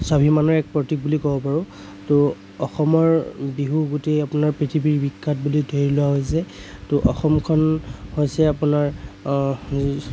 স্বাভিমানৰে এক প্ৰতীক বুলি ক'ব পাৰোঁ ত' অসমৰ বিহু গোটেই আপোনাৰ পৃথিৱী বিখ্যাত বুলি ধৰি লোৱা হৈছে ত' অসমখন হৈছে আপোনাৰ